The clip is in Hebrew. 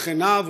שכניו,